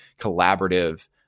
collaborative